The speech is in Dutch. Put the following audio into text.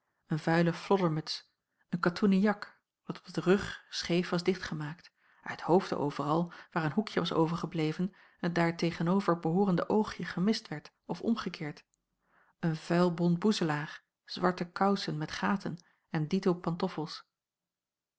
een vuile floddermuts een katoenen jak dat op den rug scheef was dichtgemaakt uit hoofde overal waar een hoekje was overgebleven het daar tegen-over behoorende oogje gemist werd of omgekeerd een vuilbont boezelaar zwarte kousen met gaten en dito pantoffels